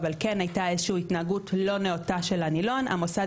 אבל כן הייתה התנהגות לא נאותה של הנילון המוסד